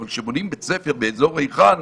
אבל כשבונים בית ספר באזור ריחן,